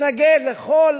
מתנגד לכל